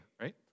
right